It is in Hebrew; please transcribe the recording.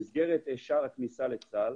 סיכמנו שבמסגרת שער הכניסה לצה"ל